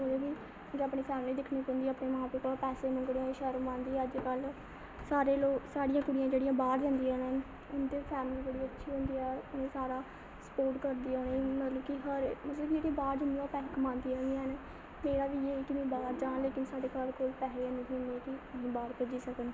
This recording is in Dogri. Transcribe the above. उ'नें बी अपनी फैमली बी दिक्खनी पौंदी ऐ अपने मां प्यो कोला पैसे मंग्गने ई शरम औंदी ऐ अज्जकल सारे लोग सारियां कुड़ियां जेह्ड़ियां बाहर जंदियां न उं'दी फैमली बड़ी अच्छी होंदी ऐ सारा स्पोर्ट करदी ऐ उ'नें गी मतलब की हर मतलब कि बाह्र जन्दी ऐ पैहे कमांदी ऐ मेरा बी इ'यै की में बाह्र जांऽ लेकिन साढ़े घर कोई पैहे ऐनी ऐ इ'न्ने की में बाह्र भेजी सकन